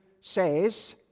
says